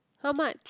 how much